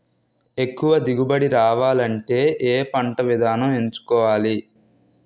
ఎక్కువ దిగుబడి రావాలంటే ఏ పంట విధానం ఎంచుకోవాలి?